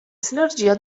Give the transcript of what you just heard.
sinergia